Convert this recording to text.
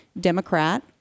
Democrat